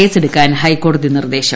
കേസെടുക്കാൻ ഹൈക്ട്രോടതി ്നിർദ്ദേശം